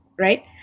Right